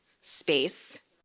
space